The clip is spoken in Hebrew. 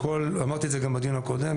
ואמרתי את זה גם בדיון הקודם,